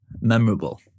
memorable